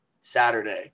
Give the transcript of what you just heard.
Saturday